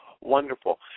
wonderful